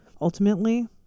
ultimately